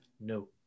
no